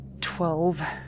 Twelve